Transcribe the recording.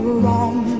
wrong